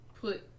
put